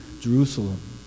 Jerusalem